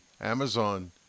Amazon